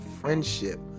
friendship